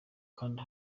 kanda